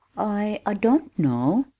i i don't know.